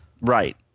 Right